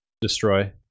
destroy